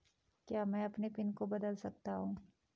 क्या मैं अपने पिन को बदल सकता हूँ?